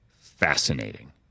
fascinating